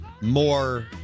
more